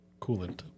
coolant